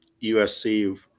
USC